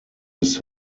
his